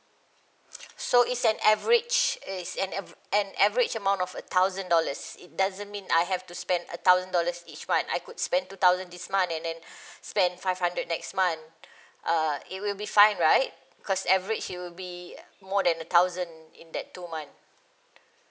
so it's an average is an ave~ an average amount of a thousand dollars it doesn't mean I have to spend a thousand dollars each month I could spend two thousand this month and then spend five hundred next month uh it will be fine right because average it will be more than a thousand in that two month